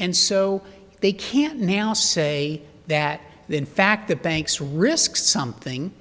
and so they can now say that in fact the banks risk something